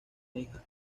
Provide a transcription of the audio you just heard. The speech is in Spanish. hija